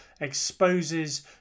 Exposes